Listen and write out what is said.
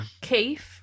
Keith